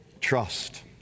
trust